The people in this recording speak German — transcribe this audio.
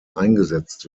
eingesetzt